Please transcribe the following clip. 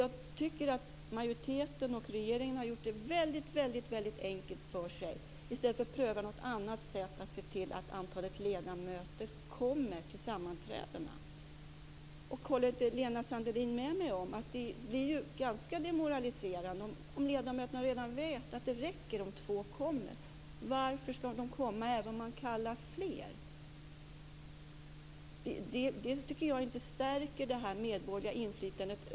Jag tycker att majoriteten och regeringen har gjort det väldigt enkelt för sig när de inte prövat något annat sätt att se till att tillräckligt antal ledamöter kommer till sammanträdena. Håller inte Lena Sandlin med mig om att det är ganska demoraliserande, om ledamöterna vet att det räcker om två kommer? Varför skulle det komma fler om fler kallas? Jag tycker att det här över huvud taget inte stärker det medborgerliga inflytandet.